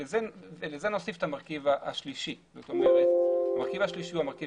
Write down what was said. לזה נוסיף את המרכיב השלישי - הפרסונליות